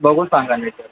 बघून सांगा नाहीतर